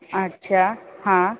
अच्छा हा